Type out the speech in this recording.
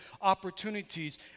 opportunities